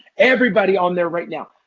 everybody on there right now.